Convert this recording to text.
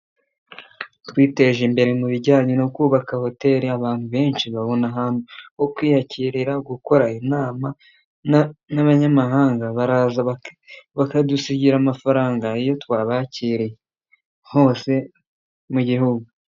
Twiteje imbere mu bijyanye no kubaka hoteli, abantu benshi babona ho kwiyakirira, gukora inama n'abanyamahanga baraza bakadusigira amafaranga iyo twabakiriye, hose mu Gihugu.